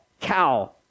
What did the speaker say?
Cow